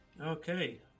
Okay